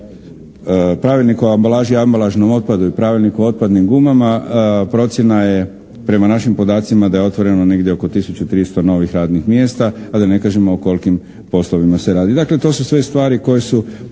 Pravilnik o ambalaži i ambalažnom otpadu i Pravilnik o otpadnim gumama procjena je prema našim podacima da je otvoreno negdje oko tisuću tristo novih radnih mjesta, a da ne kažemo o kolikim poslovima se radi. Dakle, to su sve stvari koje su